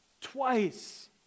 twice